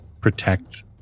protect